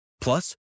Plus